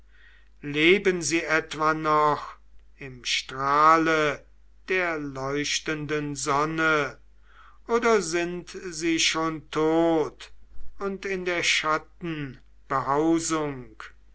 leben sie etwa noch im strahle der leuchtenden sonne oder sind sie schon tot und in der schatten behausung